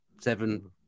seven